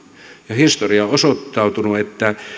historia on osoittanut että